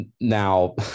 Now